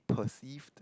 perceived